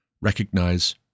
recognize